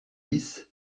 dix